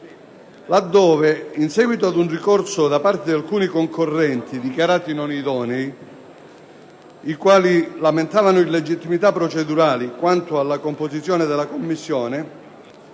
laddove, a seguito di un ricorso da parte di alcuni concorrenti dichiarati non idonei, che lamentavano illegittimità procedurali quanto alla composizione della commissione,